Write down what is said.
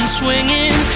swinging